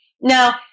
Now